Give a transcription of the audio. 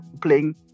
playing